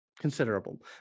considerable